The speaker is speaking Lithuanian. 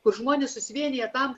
kur žmonės susivienija tam